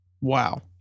wow